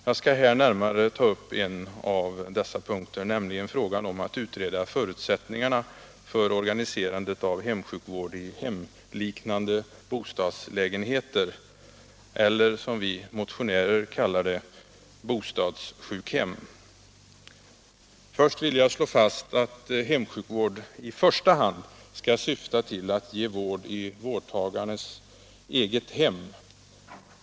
Jag skall här närmare ta upp en av dessa punkter, som gäller frågan om att utreda förutsättningarna för organiserandet av hemsjukvård i hemliknande bostadslägenheter — eller, som vi kallar det, ”bostadssjukhem”. Först vill jag slå fast att hemsjukvård i första hand skall syfta till att ge vård i vårdtagarens eget hem.